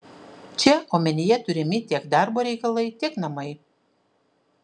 čia omenyje turimi tiek darbo reikalai tiek namai